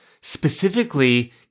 Specifically